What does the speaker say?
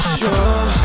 sure